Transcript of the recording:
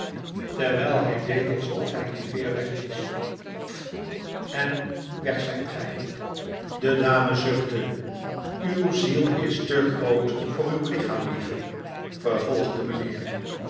terwijl hij deed alsof hij een veer wegblies ft en weg zijt gij een zeer bijzondere vrouw de dame zuchtte uw ziel is te groot voor uw lichaam lieve vervolgde mijnheer